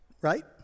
right